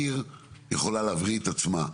עיר יכולה להבריא את עצמה,